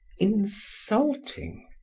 insulting.